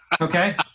Okay